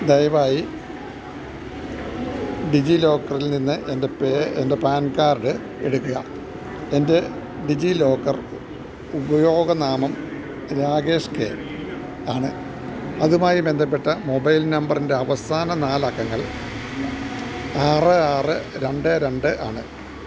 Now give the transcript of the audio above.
ദയവായി ഡിജിലോക്കറിൽ നിന്ന് എൻ്റെ എൻ്റെ പാൻ കാർഡ് എടുക്കുക എൻ്റെ ഡിജിലോക്കർ ഉപയോകനാമം രാകേഷ് കെ ആണ് അതുമായി ബന്ധപ്പെട്ട മൊബൈൽ നമ്പറിൻ്റെ അവസാന നാലക്കങ്ങൾ ആറ് ആറ് രണ്ട് രണ്ട് ആണ്